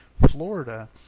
Florida